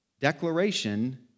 Declaration